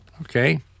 Okay